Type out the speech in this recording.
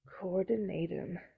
Coordinating